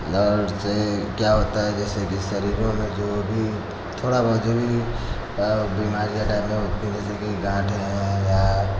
दौड़ से क्या होता है जैसे कि शरीरों में जो भी थोड़ा बहुत जो भी बीमारियाँ टाइप की होती हैं जैसे कि गाँठ है या